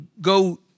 go